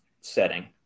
setting